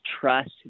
trust